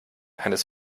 eines